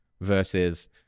versus